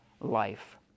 life